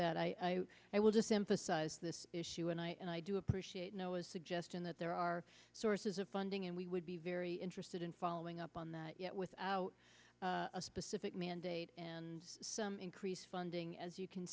that i will just emphasize this issue and i and i do appreciate suggesting that there are sources of funding and we would be very interested in following up on that yet without a specific mandate and increase funding as you can